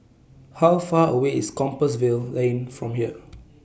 How Far away IS Compassvale Lane from here